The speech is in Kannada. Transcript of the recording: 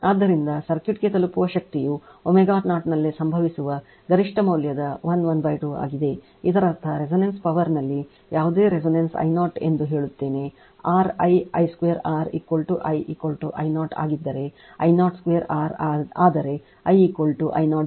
ಆದ್ದರಿಂದ ಸರ್ಕ್ಯೂಟ್ಗೆ ತಲುಪಿಸುವ ಶಕ್ತಿಯು ω0 ನಲ್ಲಿ ಸಂಭವಿಸುವ ಗರಿಷ್ಠ ಮೌಲ್ಯದ 1 12 ಆಗಿದೆ ಇದರರ್ಥ resonance ಪವರ್ ನಲ್ಲಿ ಯಾವುದೇ resonance I 0 ಎಂದು ಹೇಳುತ್ತೇನೆ R I I2 R I I 0 ಆಗಿದ್ದರೆ I 02 R ಆದರೆ I I 0 √ 2 ನಲ್ಲಿ ಅದು 12 ಆಗಿರುತ್ತದೆ